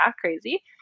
crazy